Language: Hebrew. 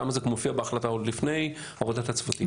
שם זה מופיע בהחלטה, עוד לפני עבודת הצוותים.